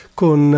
con